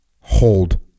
hold